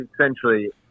essentially